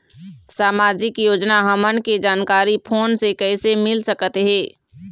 सामाजिक योजना हमन के जानकारी फोन से कइसे मिल सकत हे?